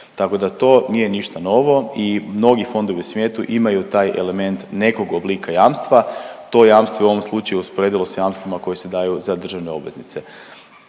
tako da to nije ništa novo i mnogi fondovi u svijetu imaju taj element nekog oblika jamstva. To jamstvo je u ovom slučaju usporedilo sa jamstvima koja se daju za državne obveznice.